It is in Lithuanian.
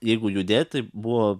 jeigu judėti buvo